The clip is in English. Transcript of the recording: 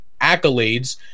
accolades